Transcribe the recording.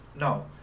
No